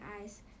eyes